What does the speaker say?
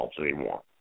anymore